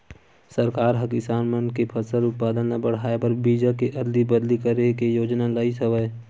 सरकार ह किसान मन के फसल उत्पादन ल बड़हाए बर बीजा के अदली बदली करे के योजना लइस हवय